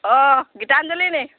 অঁ গীতাঞ্জলী নি